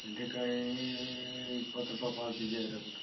ಬೆಂಡಿಕಾಯಿ ಇಪ್ಪತ್ತು ರೂಪಾಯಿ ಪಾವು ಕೆ ಜಿ ರೀ ಅದು